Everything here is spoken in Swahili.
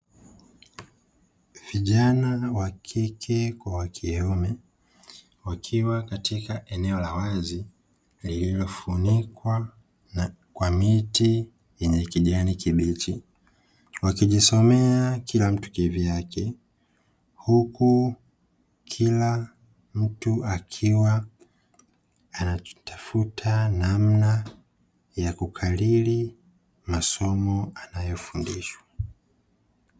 Vijana wa kike kwa kiume wakiwa katika eneo la wazi lililofunikwa kwa miti yenye kijani kibichi, wakijisomea kila mtu kivyake huku kila mtu akiwa anajitafuta namna ya kukariri masomo anayofundishwa.